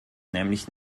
nämlich